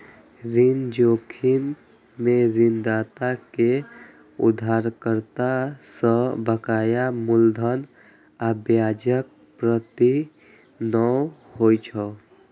ऋण जोखिम मे ऋणदाता कें उधारकर्ता सं बकाया मूलधन आ ब्याजक प्राप्ति नै होइ छै